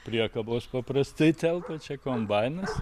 priekabos paprastai telpa čia kombainas